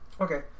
Okay